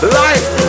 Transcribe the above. life